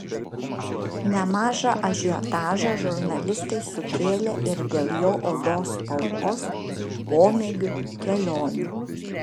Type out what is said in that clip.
nemažą ažiotažą žurnalistai sukėlė ir dėl jo odos spalvos pomėgių kelionių